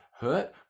hurt